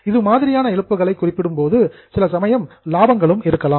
இது மாதிரியான இழப்புகளை குறிப்பிடும் போது சில சமயம் லாபங்களும் இருக்கலாம்